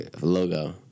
logo